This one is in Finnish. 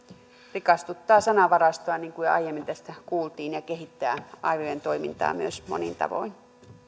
rikastuttaa sanavarastoa niin kuin jo aiemmin tästä kuultiin ja kehittää aivojen toimintaa myös monin tavoin